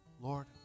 Lord